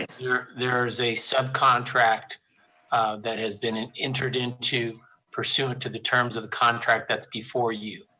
yeah there's a subcontract that has been and entered into per suint to the terms of the contract that's before you.